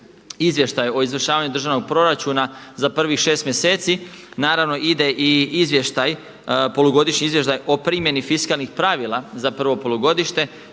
Izvještaj o izvršavanju državnog proračuna za prvih 6 mjeseci naravno ide i izvještaj, polugodišnji izvještaj o primjeni fiskalnih pravila za prvo polugodište.